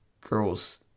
girls